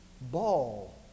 ball